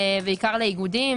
בעיקר לאיגודים.